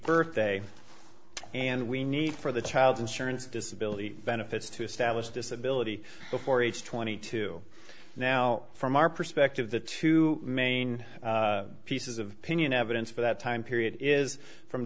birthday and we need for the child insurance disability benefits to establish disability before age twenty two now from our perspective the two main pieces of pinion evidence for that time period is from